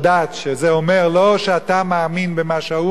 שזה אומר לא שאתה מאמין במה שההוא מאמין,